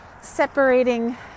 separating